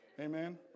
Amen